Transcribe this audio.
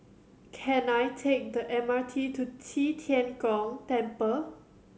can I take the M R T to Qi Tian Gong Temple